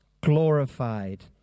glorified